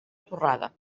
torrada